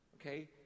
okay